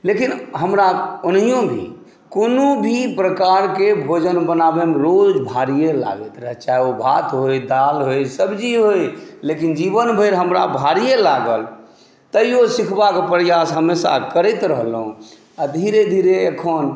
लेकिन हमरा ओनाहिओ भी कोनो भी प्रकारके भोजन बनाबऽ मे रोज भारिए लागैत रहए चाहे ओ भात होइ दाल होइ सब्जी होइ लेकिन जीवन भरि हमरा भारिए लागल तैओ सिखबाके प्रयास हमेशा करैत रहलहुँ आओर धीरे धीरे एखन